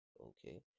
Okay